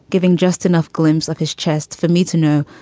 giving just enough glimpse of his chest for me to know.